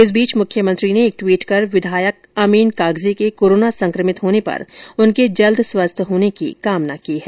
इस बीच मुख्यमंत्री ने एक ट्वीट कर कांग्रेस विधायक अमीन कागजी के कोरोना संक्रमित होने पर उनके जल्द स्वस्थ होने की कामना की है